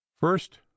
First